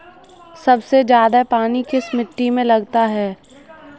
सबसे ज्यादा पानी किस मिट्टी में लगता है?